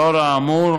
לאור האמור,